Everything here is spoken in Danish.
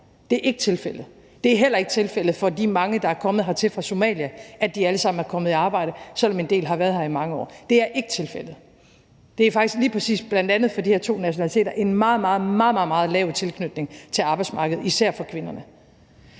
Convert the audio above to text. Det er ikke tilfældet. Det er heller ikke tilfældet for de mange, der er kommet hertil fra Somalia, at de alle sammen er kommet i arbejde, selv om en del har været her i mange år. Det er ikke tilfældet. Der er faktisk lige præcis bl.a. for de her to nationaliteter en meget, meget lav tilknytning til arbejdsmarkedet, især for kvinderne.